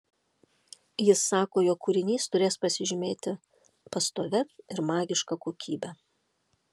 jis sako jog kūrinys turės pasižymėti pastovia ir magiška kokybe